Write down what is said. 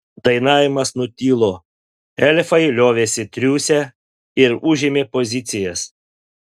dainavimas nutilo elfai liovėsi triūsę ir užėmė pozicijas